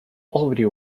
already